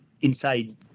inside